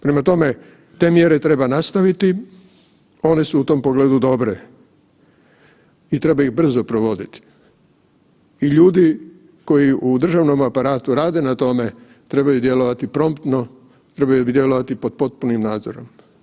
Prema tome, te mjere treba nastaviti, one su u tom pogledu dobre i treba ih brzo provoditi i ljudi koji u državnom aparatu rade na tome trebaju djelovati promptno, trebaju djelovati pod potpunim nadzorom.